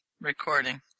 recording